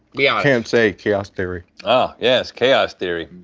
yeah, can't say, chaos theory. oh yes, chaos theory.